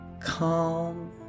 calm